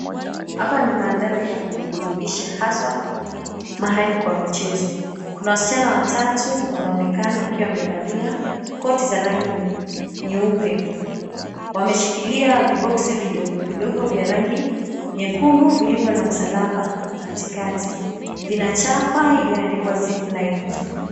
Hapa ni mandhari ya kujiburudisha hasa mahali kwa michezo. Kuna wasichana watatu wanaonekana wakiwa wamevalia koti za rangi nyeupe. Wameshikilia viboksi vidogo vidogo vya rangi nyekundu vilivyo na msalaba katikati. Vina chapa iliyoandikwa, "Zipline."